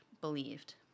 believed